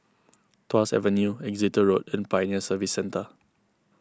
Tuas Avenue Exeter Road and Pioneer Service Centre